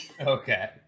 Okay